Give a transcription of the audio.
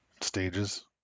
stages